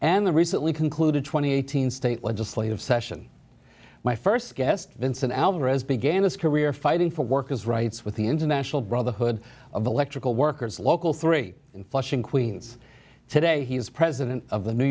and the recently concluded twenty eight hundred state legislative session my first guest vincent alvarez began his career fighting for workers rights with the international brotherhood of electrical workers local three in flushing queens today he is president of the new